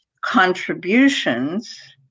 contributions